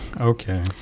Okay